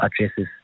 addresses